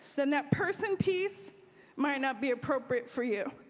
then that person piece might not be appropriate for you.